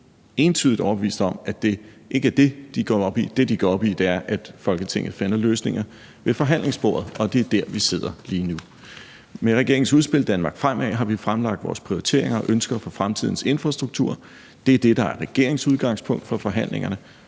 entydigt overbevist om, at det ikke er det, de går op i. Det, de går op i, er, at Folketinget finder løsninger ved forhandlingsbordet, og det er der, vi sidder lige nu. Med regeringens udspil »Danmark fremad« har vi fremlagt vores prioriteringer og ønsker for fremtidens infrastruktur. Det er det, der er regeringens udgangspunkt for forhandlingerne.